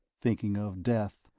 thinking of death,